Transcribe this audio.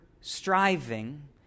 striving